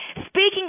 Speaking